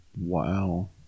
Wow